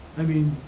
i mean,